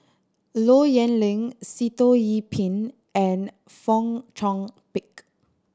Low Yen Ling Sitoh Yih Pin and Fong Chong Pik